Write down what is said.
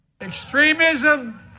Extremism